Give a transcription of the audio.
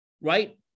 Right